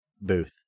booth